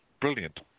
brilliant